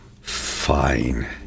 fine